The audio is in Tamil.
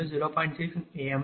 006 p